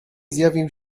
zjawił